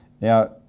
Now